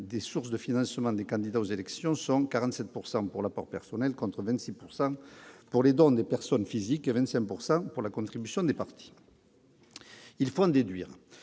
des sources de financement des candidats à l'élection présidentielle sont de 47 % pour l'apport personnel, contre 26 % pour les dons des personnes physiques et 25 % pour la contribution des partis. Il faut en déduire